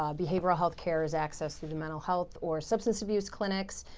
um behavioral health care is access to the mental health or substance abuse clinics,